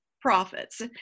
profits